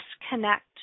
disconnect